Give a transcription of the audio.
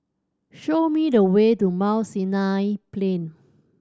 show me the way to Mount Sinai Plain